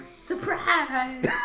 surprise